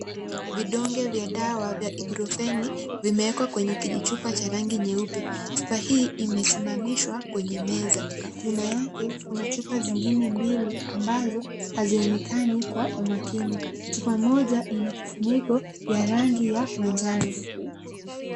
Vidonge vya dawa vya Ibuprofen viimewekwa kwenye kijichupa cha rangi nyeupe. Chupa hii imesimamishwa kwenye meza. Nyuma yake kuna chupa zingine mbili ambazo hazionekani kwa umakini. Chupa moja ina kifuniko cha rangi ya manjano.